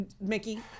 Mickey